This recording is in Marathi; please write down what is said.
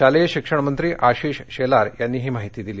शालेय शिक्षणमंत्री आशिष शेलार यांनी ही माहिती दिली